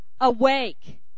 awake